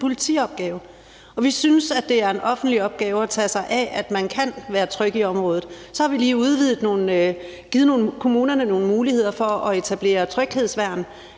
er en politiopgave. Vi synes, at det er en offentlig opgave at tage sig af det, at man kan være tryg i området. Så har vi lige givet kommunerne nogle muligheder for at etablere kommunale tryghedsværn,